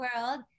world